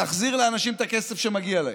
להחזיר לאנשים את הכסף שמגיע להם,